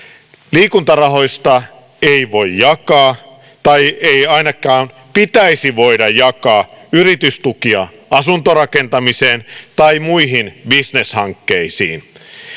liikuntarahoista ei voi jakaa tai ei ainakaan pitäisi voida jakaa yritystukia asuntorakentamiseen tai muihin bisneshankkeisiin